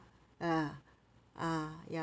ah ah ya